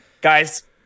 Guys